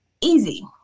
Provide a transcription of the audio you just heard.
Easy